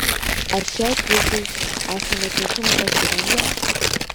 ar šiai krizei esame tinkamai pasirengę